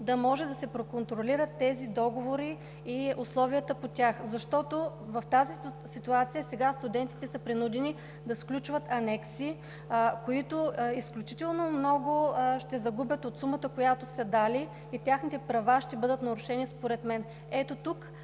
да може да се проконтролират тези договори и условията по тях? В тази ситуация студентите са принудени да сключват анекси, с които изключително много ще загубят от сумата, която са дали, и техните права ще бъдат нарушени, според мен. Ето тук